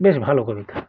বেশ ভালো কবিতা